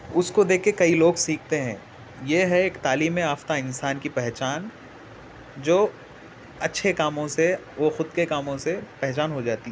اس کو دیکھ کے کئی لوگ سیکھتے ہیں یہ ہے ایک تعلیم یافتہ انسان کی پہچان جو اچھے کاموں سے وہ خود کے کاموں سے پہچان ہو جاتی ہے